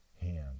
hand